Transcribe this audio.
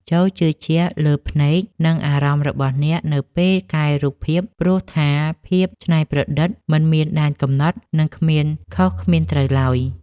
ចូរជឿជាក់លើភ្នែក និងអារម្មណ៍របស់អ្នកនៅពេលកែរូបភាព ព្រោះថាភាពច្នៃប្រឌិតមិនមានដែនកំណត់ និងគ្មានខុសគ្មានត្រូវឡើយ។